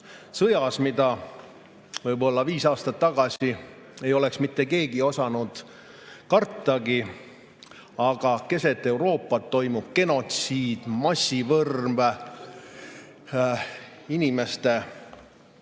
sõjas, mida võib-olla viis aastat tagasi ei oleks mitte keegi osanud kartagi. Aga keset Euroopat toimub genotsiid, massimõrv, inimeste